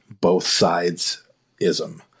both-sides-ism